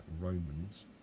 Romans